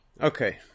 Okay